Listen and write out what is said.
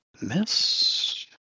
Miss